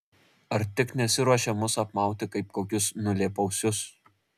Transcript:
ar tik nesiruošia mus apmauti kaip kokius nulėpausius